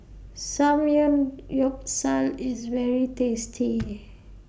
Samgeyopsal IS very tasty